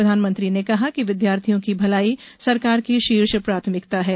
प्रधानमंत्री ने कहा कि विद्यार्थियों की भलाई सरकार की शीर्ष प्राथमिकता है